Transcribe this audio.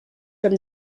from